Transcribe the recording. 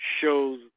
shows